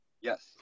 Yes